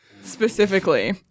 Specifically